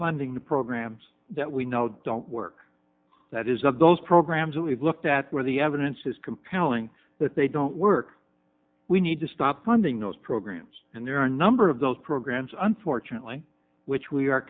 funding the programs that we know don't work that is of those programs that we've looked at where the evidence is compelling that they don't work we need to stop funding those programs and there are a number of those programs unfortunately which we are